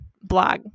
blog